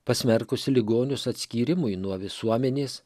pasmerkusi ligonius atskyrimui nuo visuomenės